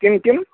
किं किं